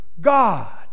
God